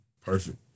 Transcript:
Perfect